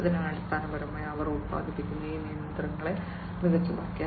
അതിനാൽ അടിസ്ഥാനപരമായി അവർ ഉൽപ്പാദിപ്പിക്കുന്ന ഈ യന്ത്രങ്ങളെ മികച്ചതാക്കി